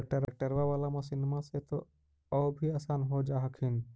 ट्रैक्टरबा बाला मसिन्मा से तो औ भी आसन हो जा हखिन?